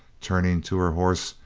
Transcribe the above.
turning to her horse,